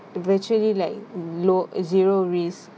virtually like lo~ zero risk